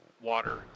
water